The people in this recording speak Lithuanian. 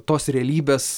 tos realybės